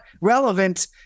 relevant